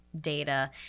data